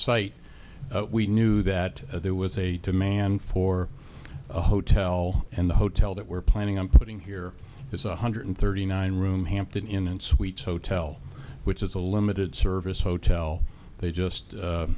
site we knew that there was a demand for a hotel and the hotel that we're planning on putting here is a one hundred thirty nine room hampton inn and suites hotel which is a limited service hotel they just